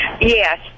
Yes